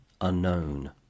Unknown